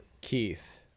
Keith